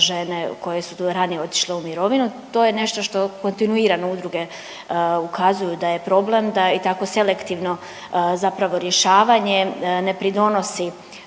žene koje su tu ranije otišle u mirovinu. To je nešto što kontinuirano udruge ukazuju da je problem i tako selektivno zapravo rješavanje ne pridonosi